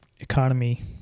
economy